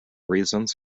reasons